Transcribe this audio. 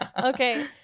okay